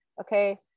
Okay